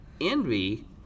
Envy